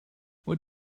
what